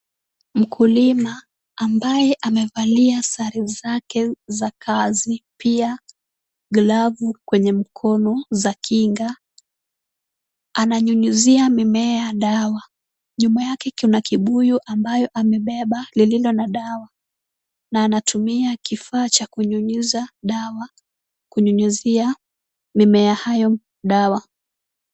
Mkulima ambaye amevalia sare zake za kazi, pia glavu kwenye mkono za kinga, ananyunyuzia mimea dawa. Nyuma yake kuna kibuyu ambayo amebeba lililo na dawa, na anatumia kifaa cha kunyunyunyiza dawa kunyunyuzia mimea hayo dawa.